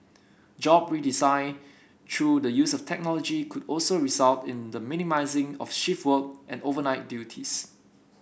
job redesign through the use of technology could also result in the minimising of shift work and overnight duties